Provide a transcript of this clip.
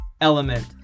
element